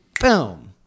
boom